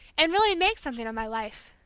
and really make something of my life!